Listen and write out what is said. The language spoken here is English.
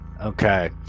Okay